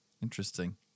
Interesting